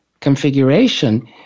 configuration